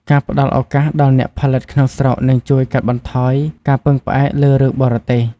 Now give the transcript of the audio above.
ការផ្តល់ឱកាសដល់អ្នកផលិតក្នុងស្រុកនឹងជួយកាត់បន្ថយការពឹងផ្អែកលើរឿងបរទេស។